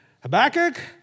Habakkuk